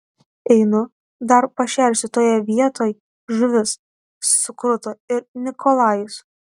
einu dar pašersiu toje vietoj žuvis sukruto ir nikolajus